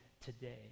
today